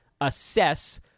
assess